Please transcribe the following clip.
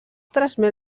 transmet